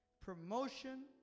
Promotion